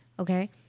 okay